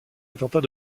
attentats